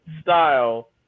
style